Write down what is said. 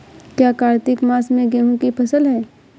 क्या कार्तिक मास में गेहु की फ़सल है?